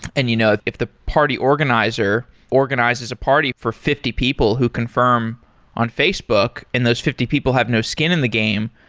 and you know if the party organizer organizes a party for fifty people who confirm on facebook and those fifty people have no skin in the game,